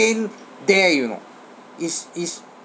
contained there you know it's it's